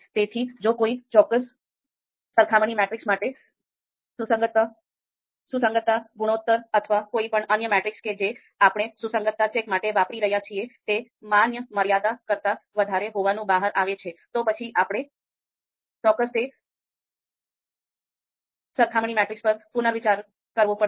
તેથી જો કોઈ ચોક્કસ સરખામણી મેટ્રિક્સ માટે સુસંગતતા ગુણોત્તર અથવા કોઈપણ અન્ય મેટ્રિક કે જે આપણે સુસંગતતા ચેક માટે વાપરી રહ્યા છીએ તે માન્ય મર્યાદા કરતા વધારે હોવાનું બહાર આવે છે તો પછી આપણે ચોક્કસ તે સરખામણી મેટ્રિક્સ પર પુનર્વિચાર કરવો પડશે